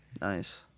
Nice